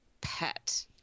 pet